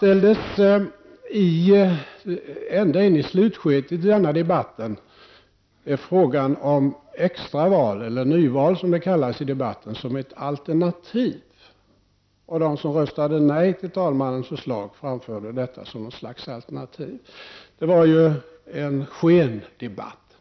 Ända in i slutskedet av denna debatt framställdes frågan om extra val — eller nyval, som det kallas i debatten — som ett alternativ. De som röstade nej till talmannens förslag framförde detta som ett slags alternativ. Det var ju en skendebatt.